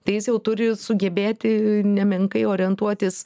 tai jis jau turi sugebėti nemenkai orentuotis